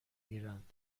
گیرند